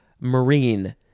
marine